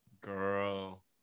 girl